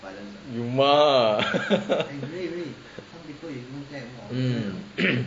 有 mah mm